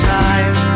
time